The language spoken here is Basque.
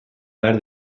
behar